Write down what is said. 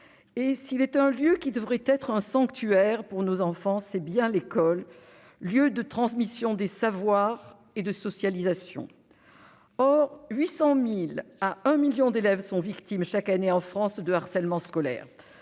et s'il est un lieu qui devrait être un sanctuaire pour nos enfants, c'est bien l'école, lieu de transmission des savoirs et de socialisation. Entre 800 000 et 1 million d'élèves sont victimes chaque année en France de harcèlement scolaire.